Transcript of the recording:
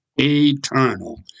eternal